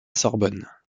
sorbonne